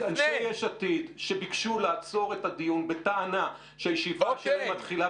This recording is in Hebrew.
ואנשי יש עתיד שביקשו לעצור את הדיון בטענה שהישיבה שלהם מתחילה